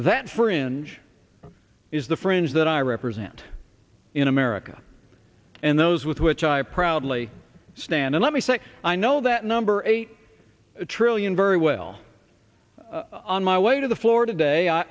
that fringe is the fringe that i represent in america and those with which i proudly stand and let me say i know that number eight trillion very well on my way to the floor today